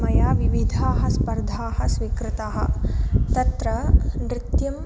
मया विविधाः स्पर्धाः स्वीकृताः तत्र नृत्यं